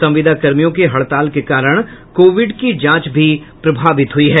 संविदा कर्मियों की हड़ताल के कारण कोविड की जांच भी प्रभावित हुई है